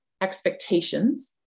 expectations